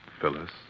Phyllis